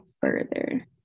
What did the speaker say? further